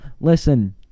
Listen